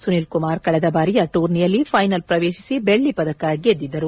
ಸುನಿಲ್ ಕುಮಾರ್ ಕಳೆದ ಬಾರಿಯ ಟೂರ್ನಿಯಲ್ಲಿ ಫೈನಲ್ ಪ್ರವೇಶಿಸಿ ಬೆಳ್ಳಿ ಪದಕ ಗೆದ್ದಿದ್ದರು